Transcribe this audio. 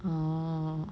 orh